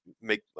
make